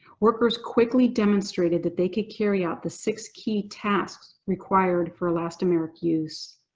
workers quickly demonstrated that they can carry out the six key tasks required for elastomeric use.